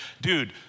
dude